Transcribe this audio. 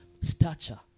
stature